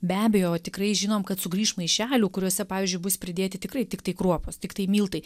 be abejo tikrai žinom kad sugrįš maišelių kuriuose pavyzdžiui bus pridėti tikrai tiktai kruopos tiktai miltai